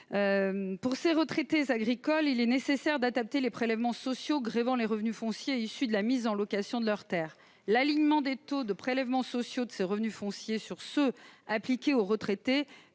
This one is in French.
Pour ces retraités agricoles, il est nécessaire d'adapter les prélèvements sociaux grevant les revenus fonciers issus de la mise en location de leurs terres. L'alignement des taux des prélèvements sociaux pour ces revenus fonciers sur ceux qui sont appliqués aux retraités